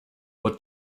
what